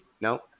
no